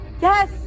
Yes